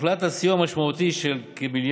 הוחלט על סיוע משמעותי של כמיליארד